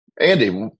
Andy